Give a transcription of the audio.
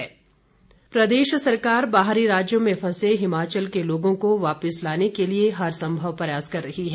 rail सेवा प्रदेश सरकार बाहरी राज्यों में फंसे हिमाचल के लोगों को वापिस लाने के लिए हर संभव प्रयास कर रही है